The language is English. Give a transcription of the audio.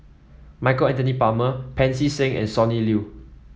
Michael Anthony Palmer Pancy Seng and Sonny Liew